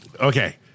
Okay